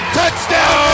touchdown